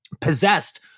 possessed